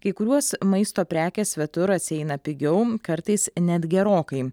kai kuriuos maisto prekės svetur atsieina pigiau kartais net gerokai